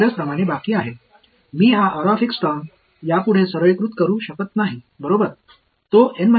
இந்த வெளிப்பாட்டை என்னால் இனி எளிமைப்படுத்த முடியாது அது N 1 வரிசையில் உள்ளது அது பற்றி என்னால் வேறு எதுவும் செய்ய முடியாது